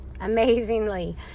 Amazingly